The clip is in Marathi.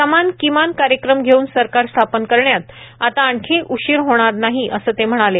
समान किमान कार्यक्रम घेऊन सरकार स्थापन करण्यात आता आणखी उशीर होणार नाही असं ते म्हणाले